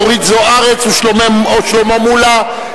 אורית זוארץ ושלמה מולה.